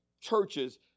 churches